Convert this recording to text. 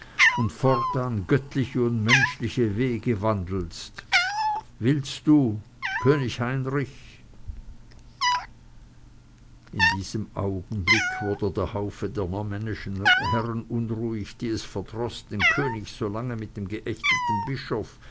und fortan göttliche und menschliche wege wandelst willst du könig heinrich in diesem augenblicke wurde der haufe der normännischen herren unruhig die es verdroß den könig so lange mit dem geächteten bischof